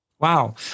Wow